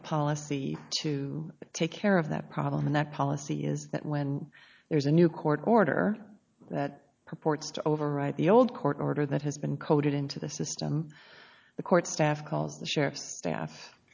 a policy to take care of that problem and that policy is that when there's a new court order that purports to overwrite the old court order that has been coded into the system the court staff calls the sheriff's staff